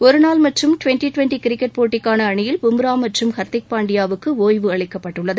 ஒருநாள் மற்றும் twenty twenty cricket போட்டிக்கான அணியில் பும்ரா மற்றும் ஹர்திக் பாண்டியாவுக்கு ஒய்வு அளிக்கப்பட்டுள்ளது